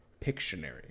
Pictionary